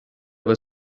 were